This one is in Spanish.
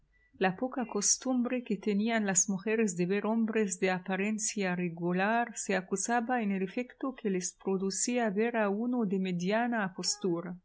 la poca costumbre que tenían las mujeres de ver hombres de apariencia regular se acusaba en el efecto que les producía ver a uno de mediana apostura